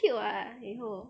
cute what 以后